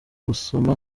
gusoma